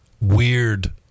weird